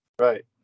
Right